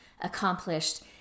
accomplished